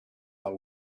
are